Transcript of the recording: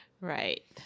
Right